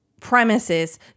premises